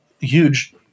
huge